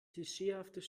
klischeehaftes